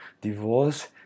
divorce